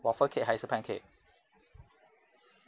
waffle cake 还是 pancake